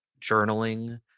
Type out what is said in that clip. journaling